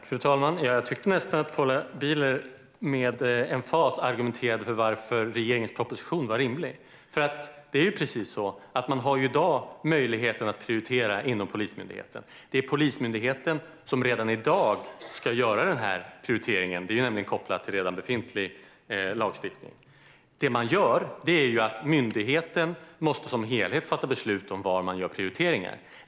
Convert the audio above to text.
Fru talman! Jag tyckte nästan att Paula Bieler med emfas argumenterade för att regeringens proposition är rimlig. Det är ju precis så: Man har i dag möjligheten att prioritera inom Polismyndigheten. Det är Polismyndigheten som redan i dag ska göra den prioriteringen. Det är nämligen kopplat till redan befintlig lagstiftning. Det som görs handlar om att myndigheten som helhet måste fatta beslut om var man gör prioriteringar.